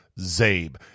ZABE